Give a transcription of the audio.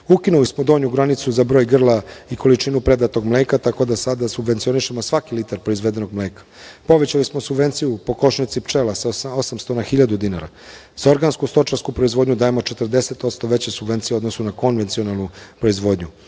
ukinuli smo donju granicu za broj grla i količinu prodatog mleka, tako da sada subvencionišemo svaki litar proizvedenog mleka. Povećali smo subvenciju po košnici pčela sa 800 na 1.000 dinara. Za organsku stočarsku proizvodnju dajemo 40% veće subvencije u odnosu na konvencionalnu proizvodnju.